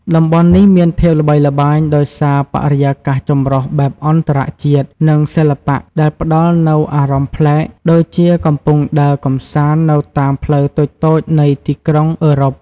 តំបន់នេះមានភាពល្បីល្បាញដោយសារបរិយាកាសចម្រុះបែបអន្តរជាតិ និងសិល្បៈ ដែលផ្តល់នូវអារម្មណ៍ប្លែក ដូចជាកំពុងដើរកម្សាន្តនៅតាមផ្លូវតូចៗនៃទីក្រុងអឺរ៉ុប។